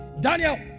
Daniel